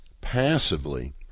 passively